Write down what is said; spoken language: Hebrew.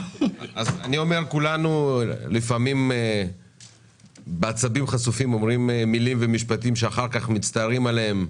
כולנו אומרים לפעמים דברים שאחר כך מצטערים עליהם,